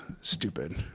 stupid